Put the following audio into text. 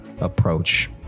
approach